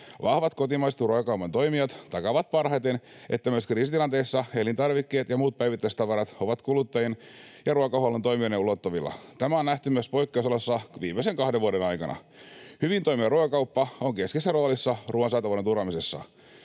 Vahvat kotimaiset ruokakaupan toimijat takaavat parhaiten, että myös kriisitilanteissa elintarvikkeet ja muut päivittäistavarat ovat kuluttajien ja ruokahuollon toimijoiden ulottuvilla. Tämä on nähty myös poikkeusoloissa viimeisen kahden vuoden aikana. Hyvin toimiva ruokakauppa on keskeisessä roolissa ruoan saatavuuden turvaamisessa.